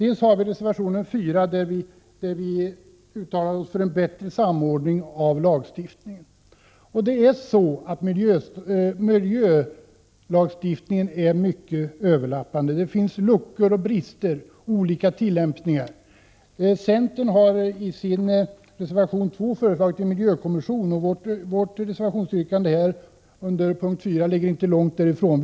I reservation 4 uttalar vi oss för en bättre samordning av lagstiftningen. Miljölagstiftningen är mycket överlappande. Det finns luckor, brister och olika tillämpningar. Centern har i sin reservation 2 föreslagit en miljökommission. Vårt reservationsyrkande under punkt 4 ligger inte långt därifrån.